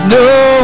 no